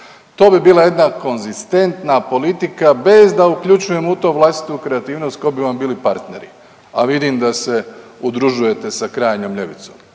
To bi bila jedna konzistentna politika bez da uključujemo u to vlastitu kreativnost tko bi vam bili partneri, a vidim da se udružujete sa krajnjom ljevicom,